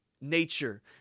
nature